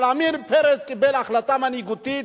אבל עמיר פרץ קיבל החלטה מנהיגותית.